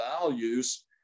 values